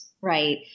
Right